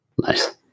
Nice